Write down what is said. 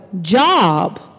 job